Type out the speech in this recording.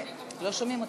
לא שומעים אותה.